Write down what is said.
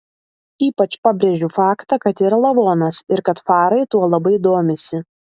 ypač pabrėžiu faktą kad yra lavonas ir kad farai tuo labai domisi